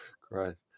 Christ